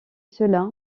cela